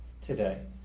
today